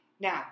Now